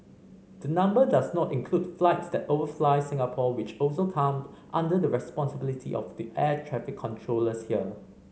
the number does not include flights that overfly Singapore which also come under the responsibility of the air traffic controllers here